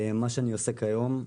מה שאני עושה כיום,